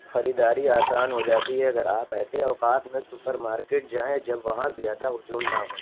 خریداری آسان ہو جاتی ہے اگر آپ ایسے اوقات میں سپر مارکیٹ جائیں جب وہاں زیادہ ہجوم نہ ہو